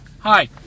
Hi